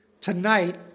tonight